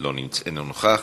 אינו נוכח.